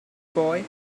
boy